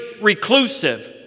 reclusive